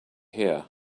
here